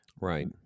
Right